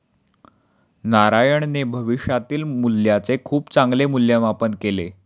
नारायणने भविष्यातील मूल्याचे खूप चांगले मूल्यमापन केले